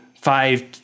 five